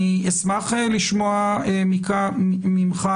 אני אשמח לשמוע ממך,